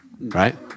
right